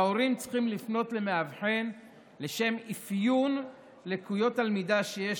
וההורים צריכים לפנות למאבחן לשם אפיון לקויות הלמידה שיש